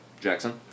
Jackson